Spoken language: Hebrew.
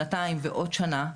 שנתיים ועוד שנה,